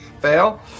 Fail